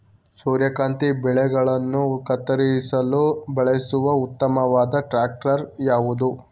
ಸೂರ್ಯಕಾಂತಿ ಬೆಳೆಗಳನ್ನು ಕತ್ತರಿಸಲು ಬಳಸುವ ಉತ್ತಮವಾದ ಟ್ರಾಕ್ಟರ್ ಯಾವುದು?